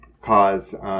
cause